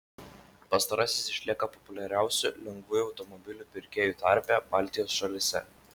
pastarasis išlieka populiariausiu lengvuoju automobiliu pirkėjų tarpe baltijos šalyse